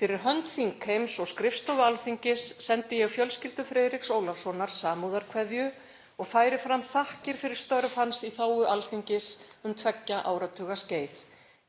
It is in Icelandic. Fyrir hönd þingheims og skrifstofu Alþingis sendi ég fjölskyldu Friðriks Ólafssonar samúðarkveðju og færi fram þakkir fyrir störf hans í þágu Alþingis um tveggja áratuga skeið.